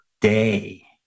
day